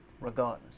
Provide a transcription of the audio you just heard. regardless